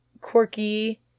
quirky